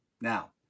Now